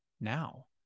now